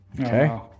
Okay